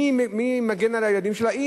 מי מגן על הילדים שלה?